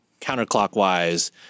counterclockwise